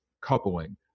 coupling